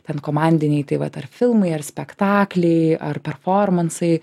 ten komandiniai tai vat ar filmai ar spektakliai ar performansai